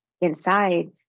inside